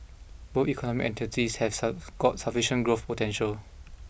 both economic entities has south got sufficient growth potential